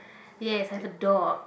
yes I've a dog